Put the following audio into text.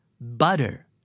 Butter